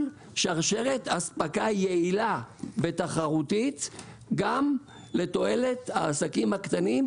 שרשרת אספקה יעילה ותחרותית גם לתועלת העסקים הקטנים,